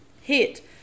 hit